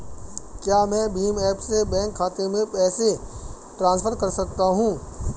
क्या मैं भीम ऐप से बैंक खाते में पैसे ट्रांसफर कर सकता हूँ?